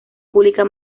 pública